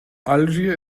algier